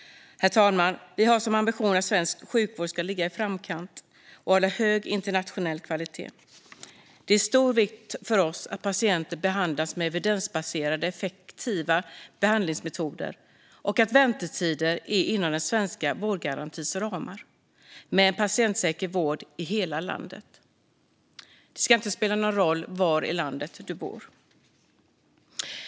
Herr talman! Vi har som ambition att svensk sjukvård ska ligga i framkant och hålla hög internationell kvalitet. Det är av stor vikt för oss att patienter behandlas med evidensbaserade och effektiva behandlingsmetoder, att väntetiden är inom den svenska vårdgarantins ramar och att man får patientsäker vård i hela landet. Det ska inte spela någon roll var i landet man bor.